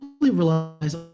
relies